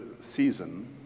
season